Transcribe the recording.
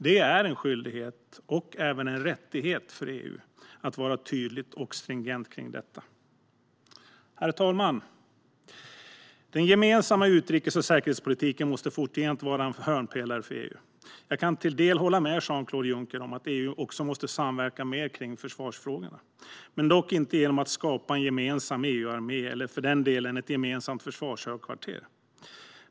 Det är en skyldighet - och även en rättighet - för EU att vara tydligt och stringent kring detta. Herr talman! Den gemensamma utrikes och säkerhetspolitiken måste framgent vara en hörnpelare för EU. Jag kan till del hålla med Jean-Claude Juncker om att EU också måste samverka mer kring försvarsfrågorna, men inte genom att skapa en gemensam EU-armé eller för den delen ett gemensamt försvarshögkvarter.